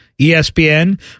ESPN